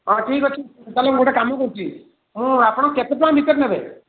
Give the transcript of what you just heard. ହଁ ଠିକ୍ ଅଛି ମୁଁ ତାହେଲେ ଗୋଟିଏ କାମ କରୁଛି ମୁଁ ଆପଣ କେତେ ଟଙ୍କା ଭିତରେ ନେବେ